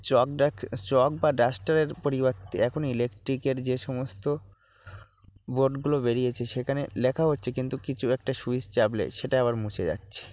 চক chalk বা ডাস্টারের পরিবর্তে এখন ইলেক্ট্রিকের যে সমস্ত বোর্ডগুলো বেরিয়েছে সেখানে লেখা হচ্ছে কিন্তু কিছু একটা সুইচ চাপলে সেটা আবার মুছে যাচ্ছে